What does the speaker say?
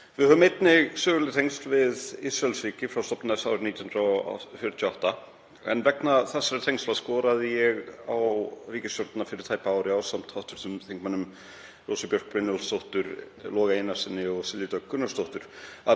Við höfum einnig söguleg tengsl við Ísraelsríki frá stofnun þess árið 1948 en vegna þeirra tengsla skoraði ég á ríkisstjórnina fyrir tæpu ári, ásamt hv. þingmönnum Rósu Björk Brynjólfsdóttur, Loga Einarssyni og Silju Dögg Gunnarsdóttur,